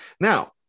now